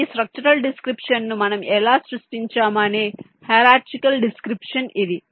కాబట్టి ఈ structural description ను మనం ఎలా సృష్టించాము అనే హిరార్చికల్ డిస్క్రిప్షన్ ఇది